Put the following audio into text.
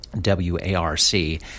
W-A-R-C